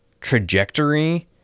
trajectory